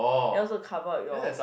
and also cover up your